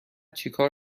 چکار